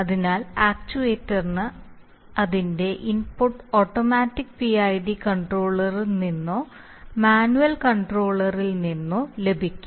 അതിനാൽ ആക്ച്യുവേറ്ററിന് അതിന്റെ ഇൻപുട്ട് ഓട്ടോമാറ്റിക് പിഐഡി കൺട്രോളറിൽ നിന്നോ മാനുവൽ കൺട്രോളറിൽ നിന്നോ ലഭിക്കും